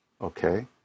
Okay